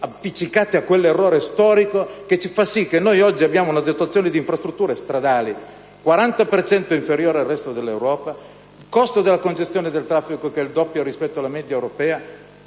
appiccicati a quell'errore storico, che fa sì che oggi la nostra situazione di infrastrutture stradali è del 40 per cento inferiore al resto dell'Europa; il costo della congestione del traffico è pari al doppio rispetto alla media europea,